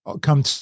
come